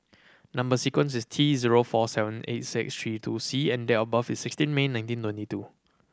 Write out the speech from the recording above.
number sequence is T zero four seven eight six three two C and date of birth is sixteen May nineteen twenty two